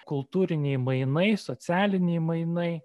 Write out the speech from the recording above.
kultūriniai mainai socialiniai mainai